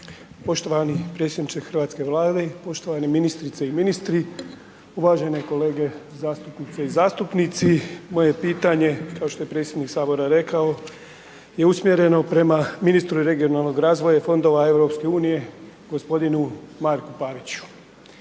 Poštovani predsjedniče hrvatske Vlade, poštovani ministrice i ministri, uvažene kolege zastupnice i zastupnici, moje pitanje, kao što je predsjednik Sabora rekao je usmjereno prema ministru regionalnog razvoja i fondova EU g. Marku Paviću.